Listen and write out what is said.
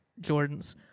Jordans